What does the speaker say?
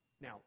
Now